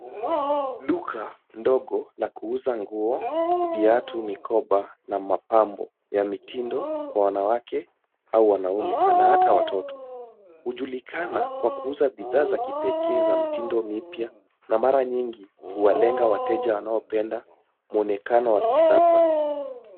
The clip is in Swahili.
Duka ndogo la kuuza nguo, viatu, mikoba, na mapambo ya mitindo kwa wanawake au wanaume, na hata watoto. Hujulikana kwa kuuza bidhaa za kipekee za mitindo mipya na mara nyingi huwalenga wateja wanaopenda muonekano wa kisasa.